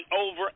over